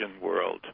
world